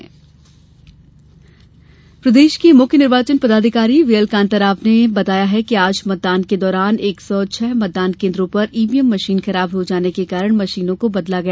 EVM बदली प्रदेश के मुख्य निर्वाचन पदाधिकारी वी एल कान्ताराव ने बताया कि आज मतदान के दौरान एक सौ छह मतदान केन्द्रों पर ईवीएम मशीन खराब हो जाने के कारण मशीनों को बदला गया